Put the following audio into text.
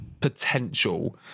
potential